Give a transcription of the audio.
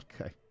Okay